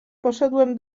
poszedłem